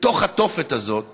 בתוך התופת הזאת